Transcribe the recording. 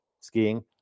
skiing